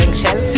shell